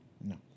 No